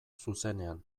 zuzenean